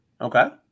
Okay